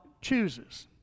chooses